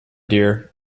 dear